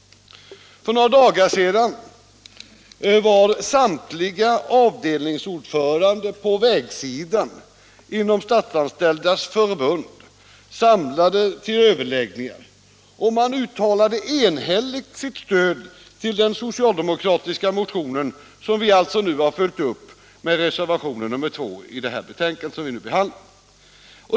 För några dagar sedan var samtliga avdelningsordförande på vägsidan inom Statsanställdas förbund samlade till överläggningar. Man uttalade enhälligt sitt stöd till den socialdemokratiska motion, som vi alltså har följt upp med reservationen 2 i det betänkande vi nu behandlar.